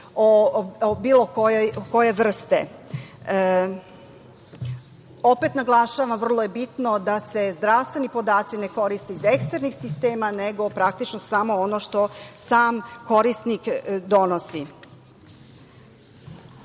bilo koje vrste. Opet naglašavam, vrlo je bitno da se zdravstveni podaci ne koriste iz eksternih sistema, nego, praktično, samo ono što sam korisnik donosi. Što